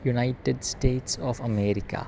United States of America